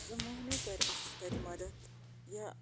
زٕ موٚہِنِو کَرِ اَسہِ تَتہِ مَدَد یا